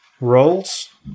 roles